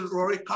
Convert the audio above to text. Rory